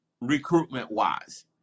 recruitment-wise